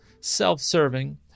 self-serving